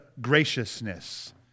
graciousness